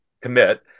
commit